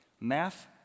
Math